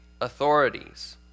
authorities